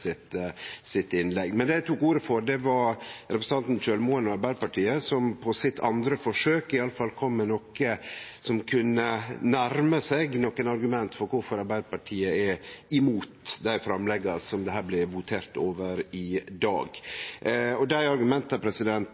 Det eg tok ordet for, var representanten Kjølmoen og Arbeidarpartiet, som på sitt andre forsøk i alle fall kom med noko som kunne nærme seg nokre argument for kvifor Arbeidarpartiet er imot dei framlegga som det blir votert over i dag.